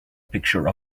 picture